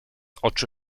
oczy